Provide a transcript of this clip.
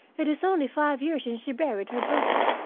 it is only five years since she buried her brother,